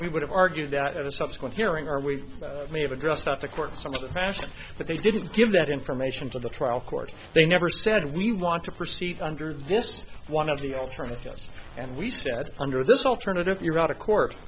we would have argued that a subsequent hearing or we may have addressed up the court's past but they didn't give that information to the trial court they never said we want to proceed under this one of the alternatives and we said under this alternative you're out of court